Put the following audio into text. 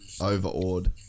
overawed